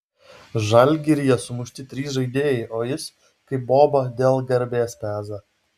žalgiryje sumušti trys žaidėjai o jis kaip boba dėl garbės peza